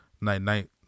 Night-night